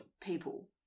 people